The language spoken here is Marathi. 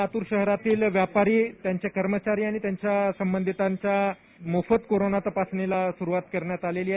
लातूर शहरातील व्यापारी त्यांचे कर्मचारी आणि त्यांच्या संबंधितांची मोफत कोरोना तपासणीला सुरुवात करण्यात आलेली आहे